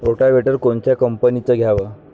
Rotavator कोनच्या कंपनीचं घ्यावं?